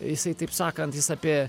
jisai taip sakant jis apie